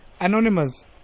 Anonymous